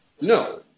No